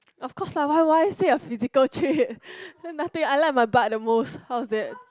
of course lah why why say a physical trait nothing I like my butt the most how's that